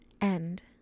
end